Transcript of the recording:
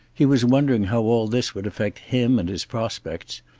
he was wondering how all this would affect him and his prospects,